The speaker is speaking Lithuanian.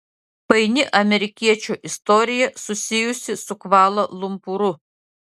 paini amerikiečio istorija susijusi su kvala lumpūru